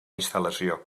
instal·lació